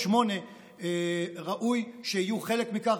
8 ראוי שיהיו חלק מכך,